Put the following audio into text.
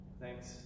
Thanks